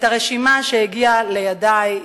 הרשימה שהגיעה לידי,